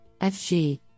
FG